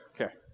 Okay